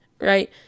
right